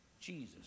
Jesus